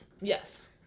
Yes